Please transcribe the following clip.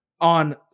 on